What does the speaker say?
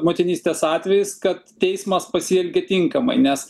motinystės atvejis kad teismas pasielgė tinkamai nes